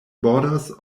borders